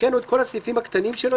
הקראנו את כל הסעיפים הקטנים שלו,